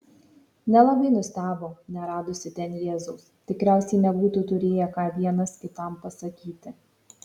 nelabai nustebo neradusi ten jėzaus tikriausiai nebūtų turėję ką vienas kitam pasakyti